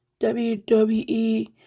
WWE